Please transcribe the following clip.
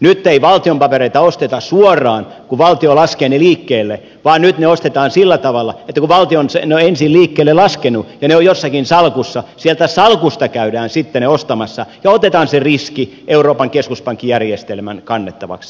nyt ei valtion papereita osteta suoraan kun valtio laskee ne liikkeelle vaan nyt ne ostetaan sillä tavalla että kun valtio on ensin ne liikkeelle laskenut ja ne ovat jossakin salkussa sieltä salkusta käydään sitten ne ostamassa ja otetaan se riski euroopan keskuspankkijärjestelmän kannettavaksi